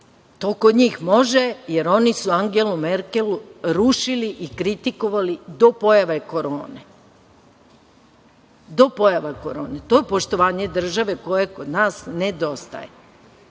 To kod njih može, jer oni su Angelu Merkel rušili i kritikovali do pojave Korone. To je poštovanje države, koje kod nas nedostaje.